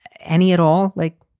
any at all? like,